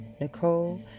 Nicole